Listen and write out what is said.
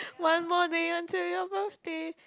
one more day until your birthday